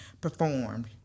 performed